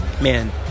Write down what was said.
man